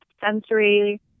sensory